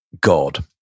god